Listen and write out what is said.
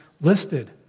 listed